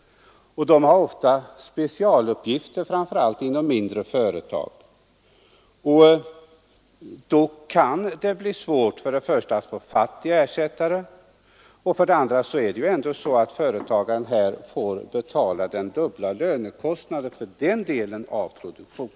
Denne har ofta specialuppgifter, framför allt inom mindre företag, och då kan det bli svårt att få fatt i en ersättare. Dessutom måste ändå företagaren betala den dubbla lönekostnaden för den delen av produktionen.